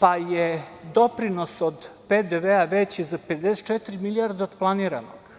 pa je doprinos od PDV-a veći za 54 milijardi od planiranog.